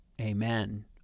amen